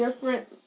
different